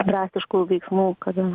drastiškų veiksmų kada